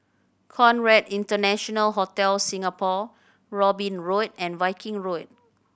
Conrad International Hotel Singapore Robin Road and Viking Road